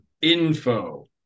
info